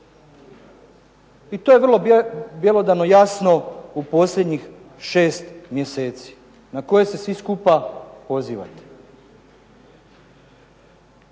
To je vrlo bjelodano jasno u posljednjih 6 mjeseci na koje se svi skupa pozivate.